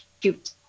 cute